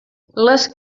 les